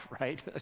right